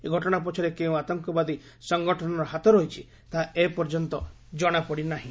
ଏହି ଘଟଣା ପଛରେ କେଉଁ ଆତଙ୍କବାଦୀ ସଙ୍ଗଠନର ହାତ ରହିଛି ତାହା ଏପର୍ଯ୍ୟନ୍ତ ଜଣାପଡ଼ି ନାହିଁ